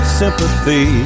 sympathy